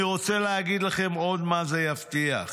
אני רוצה להגיד לכם מה עוד זה יבטיח